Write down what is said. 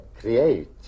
create